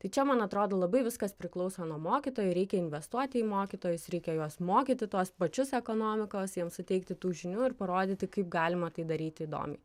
tai čia man atrodo labai viskas priklauso nuo mokytojų reikia investuoti į mokytojus reikia juos mokyti tuos pačius ekonomikos jiems suteikti tų žinių ir parodyti kaip galima tai daryti įdomiai